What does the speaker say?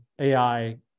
AI